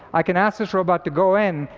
i can ask this robot to go in,